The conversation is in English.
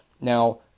Now